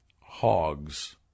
hogs